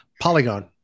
polygon